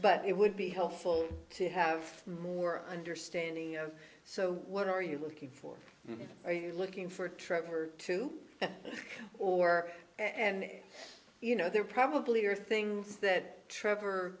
but it would be helpful to have more understanding so what are you looking for are you looking for trevor to or and you know there probably are things that trevor